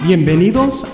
Bienvenidos